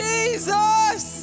Jesus